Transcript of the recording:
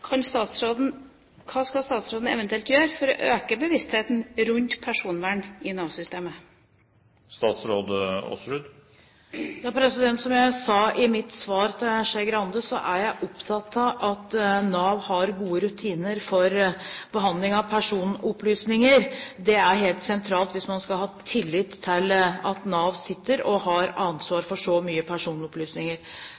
Hva skal statsråden eventuelt gjøre for å øke bevisstheten rundt personvern i Nav-systemet? Som jeg sa i mitt svar til Skei Grande, er jeg opptatt av at Nav har gode rutiner for behandling av personopplysninger. Det er helt sentralt hvis man skal ha tillit til Nav, som sitter med ansvaret for så mye personopplysninger. Jeg har